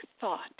thought